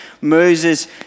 Moses